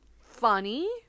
Funny